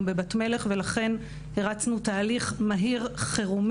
בבת מלך ולכן הרצנו תהליך מהיר חירום,